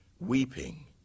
weeping